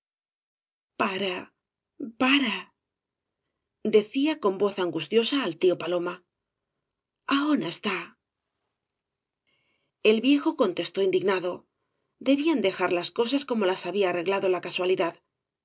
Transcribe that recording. pare pare decía con voz angustiosa al tío paloma ahón está el viejo contestó indignado debían dejar las cosas como las había arreglado la casualidad